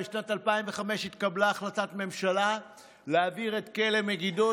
בשנת 2005 התקבלה החלטת ממשלה להעביר את כלא מגידו,